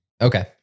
Okay